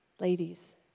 Ladies